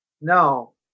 No